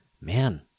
man